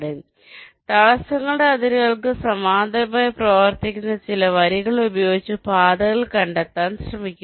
അതിനാൽ തടസ്സങ്ങളുടെ അതിരുകൾക്ക് സമാന്തരമായി പ്രവർത്തിക്കുന്ന ചില വരികൾ ഉപയോഗിച്ച് പാതകൾ കണ്ടെത്താൻ ശ്രമിക്കുന്നു